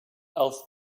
else